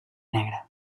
negre